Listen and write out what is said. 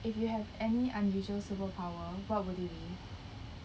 if you have any unusual superpower what would it be